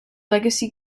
legacy